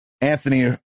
Anthony